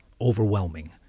overwhelming